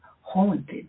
haunted